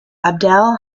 abdel